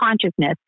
consciousness